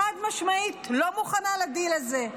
חד-משמעית, לא מוכנה לדיל הזה.